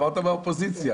אמרת מהאופוזיציה.